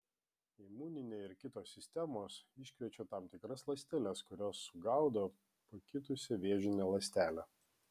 imuninė ir kitos sistemos iškviečia tam tikras ląsteles kurios sugaudo pakitusią vėžinę ląstelę